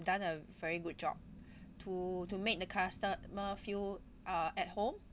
done a very good job to to make the customer feel uh at home